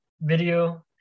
video